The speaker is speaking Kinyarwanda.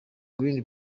green